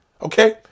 okay